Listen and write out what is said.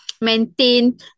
maintain